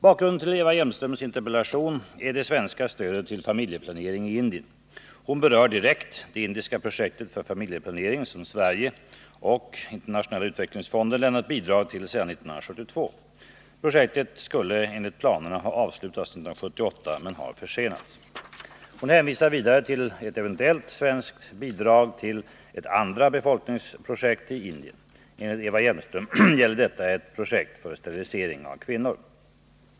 Bakgrunden till Eva Hjelmströms interpellation är det svenska stödet till familjeplanering i Indien. Hon berör direkt det indiska projekt för familjeplanering som Sverige och Internationella utvecklingsfonden lämnat bidrag till sedan år 1972. Projektet skulle enligt planerna ha avslutats 1978 men har försenats. Hon hänvisar vidare till ett eventuellt svenskt bidrag till ett andra befolkningsprojekt i Indien. Enligt Eva Hjelmström gäller detta ett projekt för sterilisering av kvinnor.